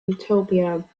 utopia